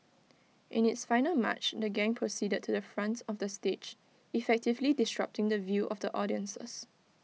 in its final March the gang proceeded to the front of the stage effectively disrupting the view of the audiences